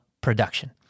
production